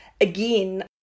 again